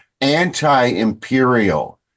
anti-imperial